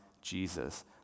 Jesus